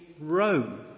Rome